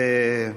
אדוני,